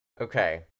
Okay